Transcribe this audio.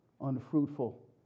unfruitful